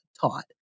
taught